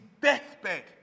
deathbed